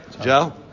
Joe